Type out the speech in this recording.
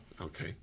Okay